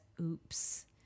oops